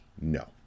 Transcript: No